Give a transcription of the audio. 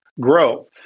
grow